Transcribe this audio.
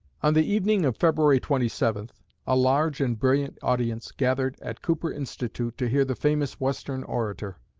on the evening of february twenty seven a large and brilliant audience gathered at cooper institute, to hear the famous western orator.